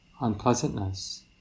unpleasantness